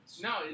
No